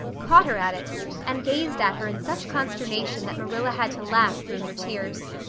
caught her at it and gazed at her in such consternation that marilla had to laugh through her tears.